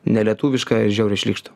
nelietuviška žiauriai šlykštu